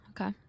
Okay